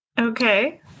Okay